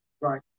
Right